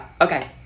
Okay